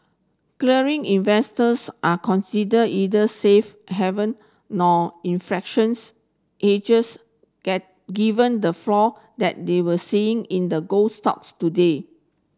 clearly investors are consider either safe haven nor infractions hedges given the flow that they were seeing in the gold stocks today